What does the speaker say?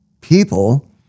people